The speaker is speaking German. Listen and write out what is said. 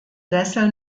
sessel